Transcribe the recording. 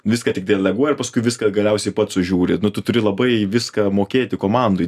viską tik deleguoja ir paskui viską galiausiai pats sužiūri nu tu turi labai viską mokėti komandoj